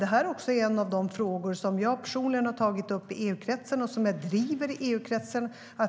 Det är en av de frågor som jag personligen tagit upp i EU-kretsen och som jag driver.